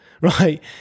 right